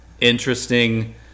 Interesting